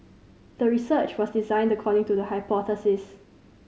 the research was designed according to the hypothesis